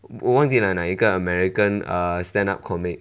我忘记了哪一个 american err stand up comic